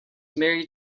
married